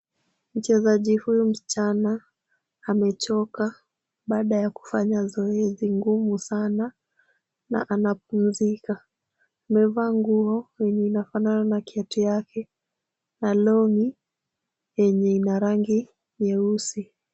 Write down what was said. Mchezaji huyu msichana amechoka baada ya kufanya zoezi ngumu sana na anapumzika. Amevaa nguo yenye inafanana na kiatu yake na long'i yenye ina rangi nyeusi.